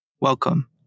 Welcome